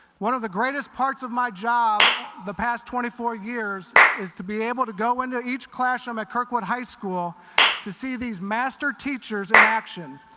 one of the greatest parts of my job the past twenty four years is to be able to go into each classroom at kirkwood high school to see these master teachers in action.